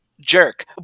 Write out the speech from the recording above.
jerk